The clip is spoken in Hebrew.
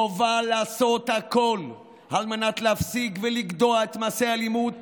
חובה לעשות הכול על מנת להפסיק ולגדוע את מעשי האלימות